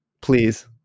Please